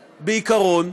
בעיקרון,